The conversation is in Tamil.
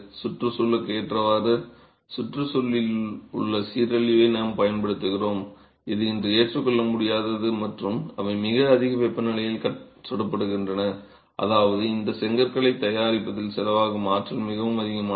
சுற்றுச்சூழலுக்கு ஏற்றவாறு சுற்றுச்சூழலில் உள்ள சீரழிவை நாம் பயன்படுத்துகிறோம் இது இன்று ஏற்றுக்கொள்ள முடியாதது மற்றும் அவை மிக அதிக வெப்பநிலையில் சுடப்படுகின்றன அதாவது இந்த செங்கற்களை தயாரிப்பதில் செலவாகும் ஆற்றல் மிகவும் அதிகமானது